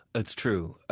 it's true.